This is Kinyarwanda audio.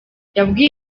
yabwiye